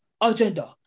agenda